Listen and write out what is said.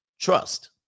trust